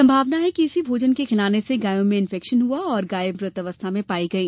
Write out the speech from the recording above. संभावना है कि इसी भोजन के खिलाने से गायों में इंफेक्शन हुआ और गाये मृत अवस्था में पाई गई